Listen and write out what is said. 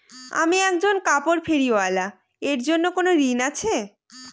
আমি একজন কাপড় ফেরীওয়ালা এর জন্য কোনো ঋণ আছে?